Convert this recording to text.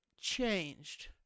changed